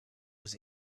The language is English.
was